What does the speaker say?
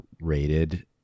rated